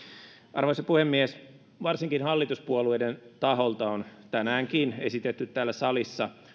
arvoisa puhemies varsinkin hallituspuolueiden taholta on tänäänkin esitetty täällä salissa